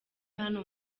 hano